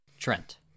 Trent